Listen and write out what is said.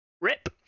RIP